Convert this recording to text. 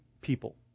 people